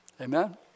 Amen